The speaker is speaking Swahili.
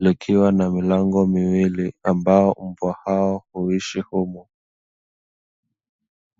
likiwa na milango miwili ambayo mbwa hao huishi humo.